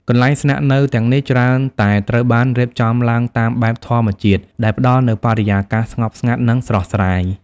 កន្លែងស្នាក់នៅទាំងនេះច្រើនតែត្រូវបានរៀបចំឡើងតាមបែប ធម្មជាតិ ដែលផ្តល់នូវបរិយាកាសស្ងប់ស្ងាត់ និងស្រស់ស្រាយ។